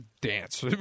dance